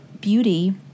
beauty